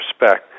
respect